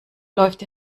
läuft